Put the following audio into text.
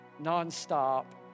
non-stop